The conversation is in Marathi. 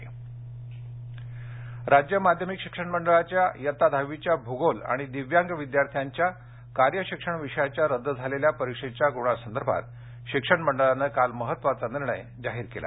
दुहावी भगोल राज्य माध्यमिक शिक्षण मंडळाच्या दहावीच्या भूगोल आणि दिव्यांग विद्यार्थ्यांच्या कार्यशिक्षण विषयाच्या रद्द झालेल्या परीक्षेच्या गुणांसंदर्भात शिक्षण मंडळानं काल महत्त्वाचा निर्णय जाहीर केला